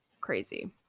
crazy